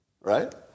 Right